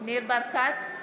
ניר ברקת,